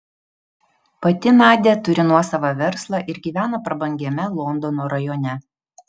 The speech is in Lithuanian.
pati nadia turi nuosavą verslą ir gyvena prabangiame londono rajone